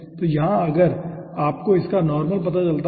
तो यहां अगर आपको इसका नॉर्मल पता चलता है